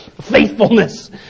faithfulness